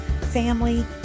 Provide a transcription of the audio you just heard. family